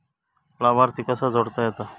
लाभार्थी कसा जोडता येता?